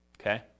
Okay